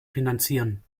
finanzieren